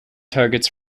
targets